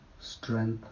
strength